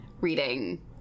reading